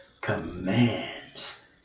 commands